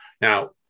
Now